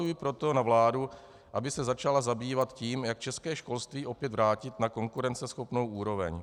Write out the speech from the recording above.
Apeluji proto na vládu, aby se začala zabývat tím, jak české školství opět vrátit na konkurenceschopnou úroveň.